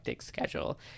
schedule